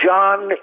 John